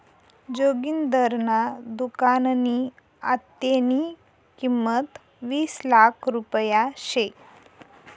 जोगिंदरना दुकाननी आत्तेनी किंमत वीस लाख रुपया शे